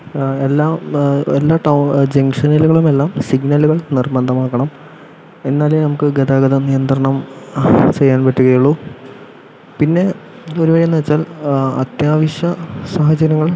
എല്ലാ എല്ലാ ജംഗ്ഷനുകളിൽ എല്ലാം സിഗ്നലുകൾ നിർബന്ധമാകണം എന്നാലേ നമുക്ക് ഗതാഗത നിയന്ത്രണം ചെയ്യാൻ പറ്റുകയുള്ളു പിന്നെ വെച്ചാൽ അത്യാവശ്യ സാഹചര്യങ്ങൾ